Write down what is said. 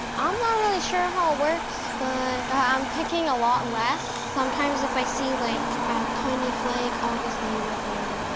i'm not really sure how it works. but i'm picking a lot less, sometimes if i see like a tiny flake, i'll just leave it there.